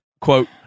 quote